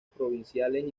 provinciales